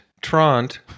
Trant